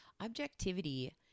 Objectivity